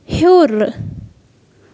ہیوٚر